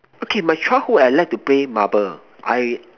okay my childhood I like to play marble I